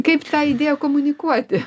kaip tą idėją komunikuoti